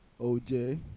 OJ